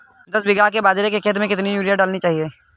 दस बीघा के बाजरे के खेत में कितनी यूरिया डालनी चाहिए?